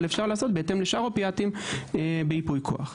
אבל אפשר לעשות בהתאם לשאר האופיאטים בייפוי כוח.